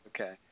Okay